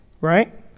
right